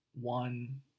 One